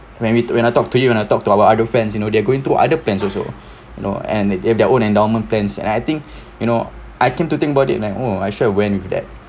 when we when I talk to you when I talk to our other friends you know they're going through other plans also you know and their their own endowment plans and I think you know I came to think about it like oh I should have went with that